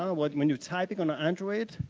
um like when you're typing on an android,